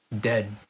dead